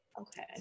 Okay